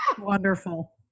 Wonderful